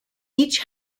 each